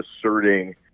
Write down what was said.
asserting